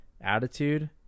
Attitude